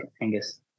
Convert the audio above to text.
Angus